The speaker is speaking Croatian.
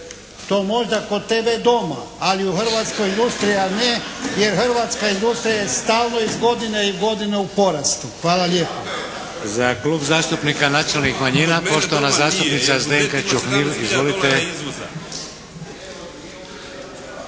To možda kod tebe doma, ali u Hrvatskoj industrija nije, jer hrvatska industrija je stalno iz godine u godinu u porastu. Hvala lijepo. **Šeks, Vladimir (HDZ)** Za Klub zastupnika nacionalnih manjina poštovana zastupnica Zdenka Čuhnil. Izvolite.